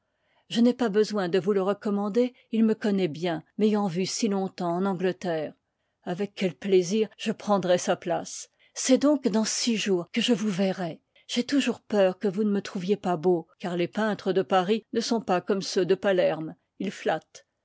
je n'ai pas besoin de vous le recommander il me connoît bien m'ayant vu si long-temps en angleterre avec quel plaisir je prendrois sa place c'est donc dans six jours que je vous verrai j'ai toujours peur que vous i ne me trouviez pas beau car les peintres de paris ne sont pas comme ceux de palerme ils flattent